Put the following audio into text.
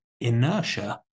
inertia